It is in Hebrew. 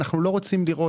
אנחנו לא רוצים משחקים.